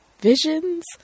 visions